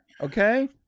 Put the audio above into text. Okay